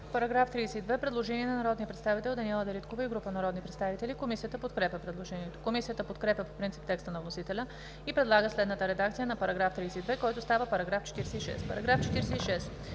По § 53 има предложение на народния представител Даниела Дариткова и група народни представители. Комисията подкрепя предложението. Комисията подкрепя по принцип текста на вносителя и предлага следната редакция на § 53, който става § 68: „§ 68.